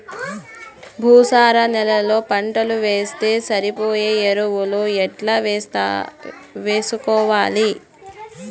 భూసార నేలలో పంటలు వేస్తే సరిపోయే ఎరువులు ఎట్లా వేసుకోవాలి?